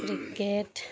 cricket